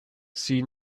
see